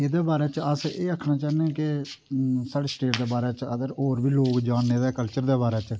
एहदे बारे च अस एह् आक्खना चाहन्ने के साढ़ी स्टेट दे बारे च अगर और बी लोग जानन कल्चर दै बारे च